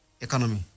economy